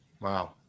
Wow